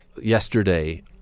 yesterday